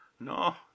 no